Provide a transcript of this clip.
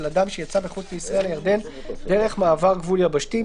אדם שיצא מחוץ לישראל לירדן דרך מעבר גבול יבשתי,